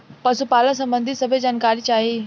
पशुपालन सबंधी सभे जानकारी चाही?